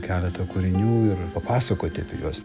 keletą kūrinių ir papasakoti apie juos